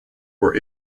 were